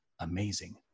amazing